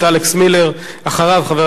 חבר הכנסת אלכס מילר,